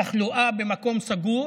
התחלואה במקום סגור